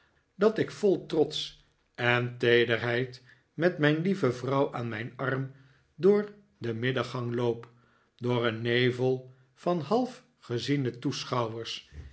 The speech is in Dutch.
dat ik vol trots en teederheid met mijn lieve vrouw aan mijn arm door den middengang loop door een nevel van half geziene toeschouwers